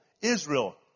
Israel